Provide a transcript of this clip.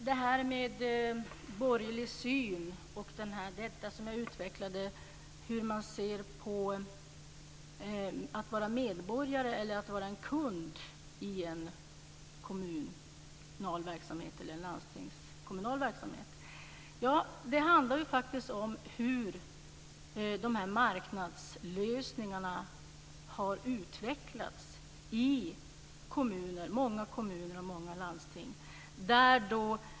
Det här med borgerlig syn och det jag utvecklade om att vara medborgare eller kund i kommunal eller landstingskommunal verksamhet handlar faktiskt om hur marknadslösningarna har utvecklats i många kommuner och landsting.